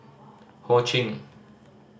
Ho Ching